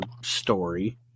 story